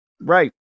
Right